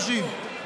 חבר הכנסת שטרן,